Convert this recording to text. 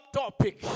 topic